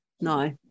No